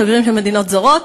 שגרירים של מדינות זרות,